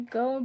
go